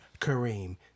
Kareem